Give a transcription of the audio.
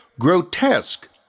Grotesque